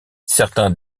certains